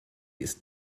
ist